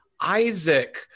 Isaac